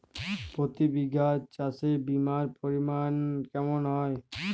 প্রতি বিঘা চাষে বিমার পরিমান কেমন হয়?